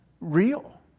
real